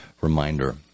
reminder